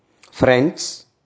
friends